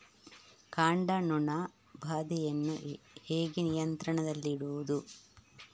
ಕಾಂಡ ನೊಣ ಬಾಧೆಯನ್ನು ಹೇಗೆ ನಿಯಂತ್ರಣದಲ್ಲಿಡುವುದು?